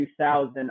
2000